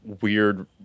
weird